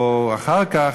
או אחר כך,